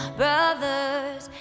brothers